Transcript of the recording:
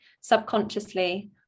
subconsciously